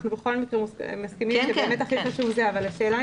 אנחנו בכל מקרה מסכימים שבאמת הוא הכי חשוב אבל השאלה